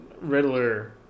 riddler